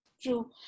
True